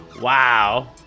Wow